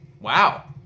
Wow